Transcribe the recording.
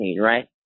right